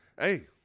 Hey